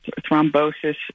thrombosis